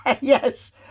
yes